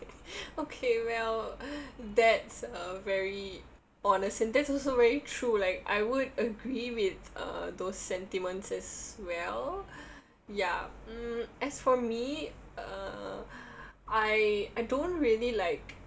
okay well that's a very honest and that's also very true like I would agree with uh those sentiments as well ya mm as for me uh I I don't really like